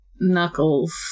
Knuckles